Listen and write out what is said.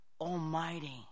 almighty